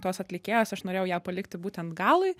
tos atlikėjos aš norėjau ją palikti būtent galui